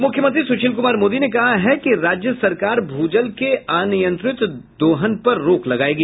उप मुख्यमंत्री सुशील कुमार मोदी ने कहा है कि राज्य सरकार भूजल के अनियंत्रित दोहन पर रोक लगायेगी